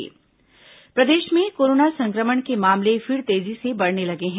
corona समाचार प्रदेश में कोरोना संक्रमण के मामले फिर तेजी से बढ़ने लगे हैं